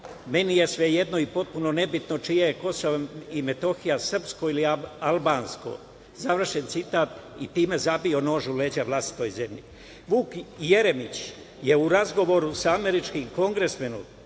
meni je svejedno i potpuno nebitno čije je KiM, srpsko ili albansko, završen citat i time zabio nož u leđa. Vuk Jeremić je u razgovoru sa američkim kongresmenom